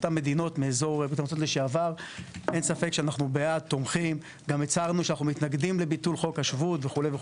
הזה כשאנחנו יכולים לקלוט עובדים חדשים ולתת תעסוקה מקצועית